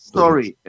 sorry